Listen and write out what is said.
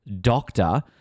Doctor